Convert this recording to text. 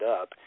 up